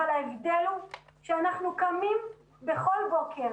אבל ההבדל הוא שאנחנו קמים בכל בוקר